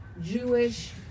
Jewish